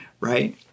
right